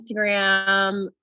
Instagram